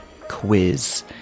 Quiz